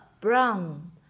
brown